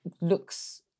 looks